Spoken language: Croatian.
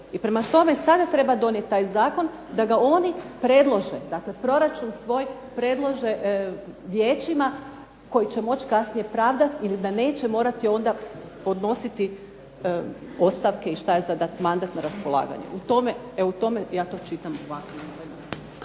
I prema tome, i sada treba donijeti taj zakon da ga oni predlože, dakle proračun svoj predlože vijećima koji će moći kasnije pravdati ili da neće morati onda podnositi ostavke i što ja znam, dati mandat na raspolaganje. U tome, evo u tome ja